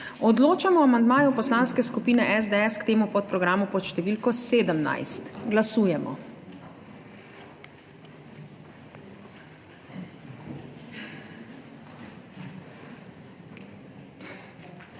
Odločamo o amandmaju Poslanske skupine SDS k temu podprogramu pod številko 17. Glasujemo.